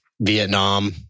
Vietnam